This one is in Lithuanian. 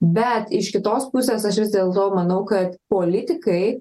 bet iš kitos pusės aš vis dėlto manau kad politikai